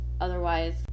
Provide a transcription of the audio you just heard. otherwise